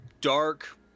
dark